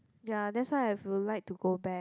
ya that's why I would like to go back